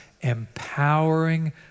empowering